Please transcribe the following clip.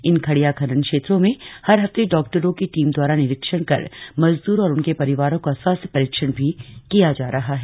इन खड़िया खनन क्षेत्रों में हर हफ्ते डाक्टरों की टीम द्वारा निरीक्षण कर मजदूर और उनके परिवारों का स्वास्थ्य परीक्षण भी किया जा रहा है